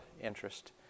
interest